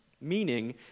meaning